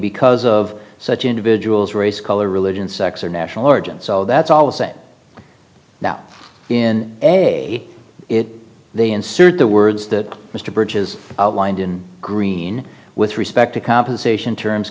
because of such individuals race color religion sex or national origin so that's always a now in a it they inserted the words that mr bridges outlined in green with respect to compensation terms